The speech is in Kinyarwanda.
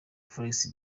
forex